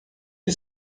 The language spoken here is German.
die